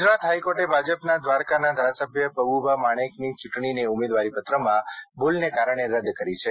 ગુજરાત હાઇકોર્ટે ભાજપના દ્વારકાના ધારાસભ્ય પબુભા માણેકની ચૂંટણીને ઉમેદવારીપત્રમાં ભુલને કારણે રદ્દ કરી છે